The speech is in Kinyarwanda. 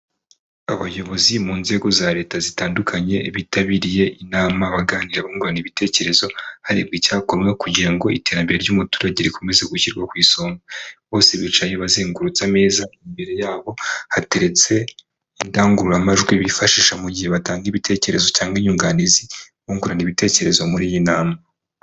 Abayobozi mu nzego za leta zitandukanye, bitabiriye inama baganira bungurana ibitekerezo, harebwa icyakorwawe kugira ngo iterambere ry'umuturage rikomeze gushyirwa ku isonga. Bose bicaye bazengurutse ameza, imbere yabo hateretse indangururamajwi bifashisha mu gihe batanga ibitekerezo cyangwa inyunganizi, bungurana ibitekerezo muri iyi nama.